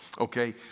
Okay